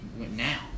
now